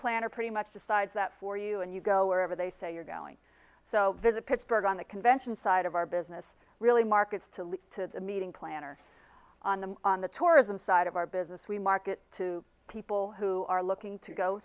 planner pretty much decides that for you and you go wherever they say you're going so visit pittsburgh on the convention side of our business really markets to lead to the meeting planner on the on the tourism side of our business we market to people who are looking to go